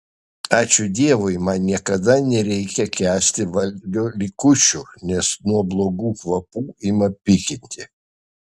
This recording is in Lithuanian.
ačiū dievui man niekada nereikia kęsti valgio likučių nes nuo blogų kvapų ima pykinti